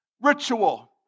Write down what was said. ritual